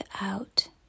out